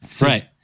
Right